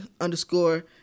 underscore